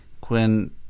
Quinn